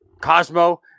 Cosmo